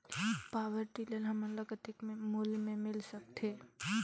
Power tiller हमन ल कतेक मूल्य मे मिल सकथे?